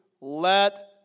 let